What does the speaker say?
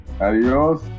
Adios